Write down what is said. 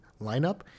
lineup